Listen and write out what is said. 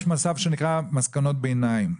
יש מצב שנקרא מסקנות ביניים.